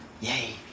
yay